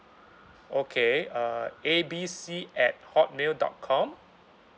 okay uh A B C at hotmail dot com